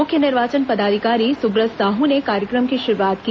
मुख्य निर्वाचन पदाधिकारी सुब्रत साहू ने कार्यक्रम की शुरूआत की